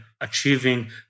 achieving